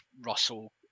Russell